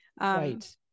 right